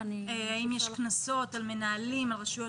האם יש קנסות על מנהלים ועל רשויות